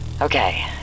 Okay